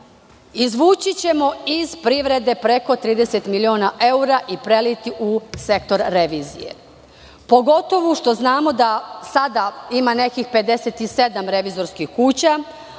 izvućićemo iz privrede preko 30 miliona evra i preliti u sektor revizije, pogotovo što znamo da sada ima nekih 57 revizorskih kuća,